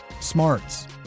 smarts